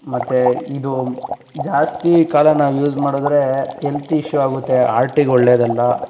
ಮತ್ತೆ ಇದು ಜಾಸ್ತಿ ಕಾಲ ನಾವು ಯೂಸ್ ಮಾಡಿದ್ರೆ ಎಲ್ತ್ ಇಶ್ಯು ಆಗುತ್ತೆ ಆರ್ಟಿಗೆ ಒಳ್ಳೆಯದಲ್ಲ